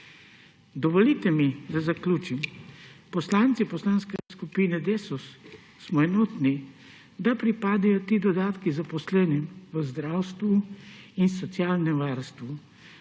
Dovolite mi, da zaključim. Poslanci Poslanske skupine Desus smo enotni, da pripadajo ti dodatki zaposlenim v zdravstvu in socialnem varstvu,